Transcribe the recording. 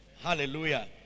Hallelujah